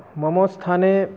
मम स्थाने